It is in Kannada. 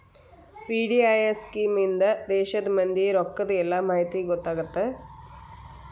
ವಿ.ಡಿ.ಐ.ಎಸ್ ಸ್ಕೇಮ್ ಇಂದಾ ದೇಶದ್ ಮಂದಿ ರೊಕ್ಕದ್ ಎಲ್ಲಾ ಮಾಹಿತಿ ಗೊತ್ತಾಗತ್ತ